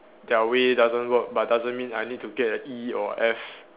their way doesn't work but doesn't mean I need to get a E or a F